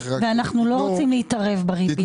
אנחנו לא רוצים להתערב בריבית.